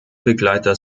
begleiter